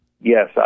Yes